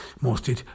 mostly